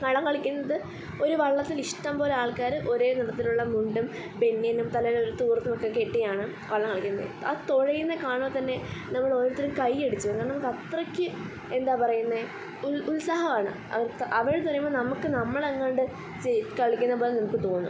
വള്ളം കളിക്കുന്നത് ഒരു വള്ളത്തിൽ ഇഷ്ടം പോലെ ആൾക്കാർ ഒരേ നീളത്തിലുള്ള മുണ്ടും ബനിയനും തലയിലൊരു തോർത്തുമൊക്കെ കെട്ടിയാണ് വള്ളം കളിക്കുന്നത് ആ തുഴയുന്ന കാണുമ്പോൾ തന്നെ നമ്മളോരോരുത്തരും കയ്യടിച്ചു പോകും നമ്മൾക്കത്രക്ക് എന്താ പറയുന്നത് ഉൽ ഉത്സാഹമാണ് അവർ അവർ തുഴയുമ്പോൾ നമുക്ക് നമ്മളെങ്ങാണ്ട് ചെയ് കളിക്കുന്നതു പോലെ നമുക്ക് തോന്നും